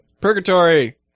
Purgatory